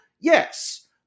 Yes